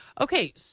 Okay